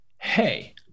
Hey